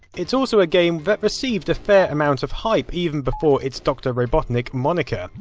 it's also a game that received a fair amount of hype, even before it's dr. robotnik moniker.